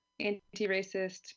anti-racist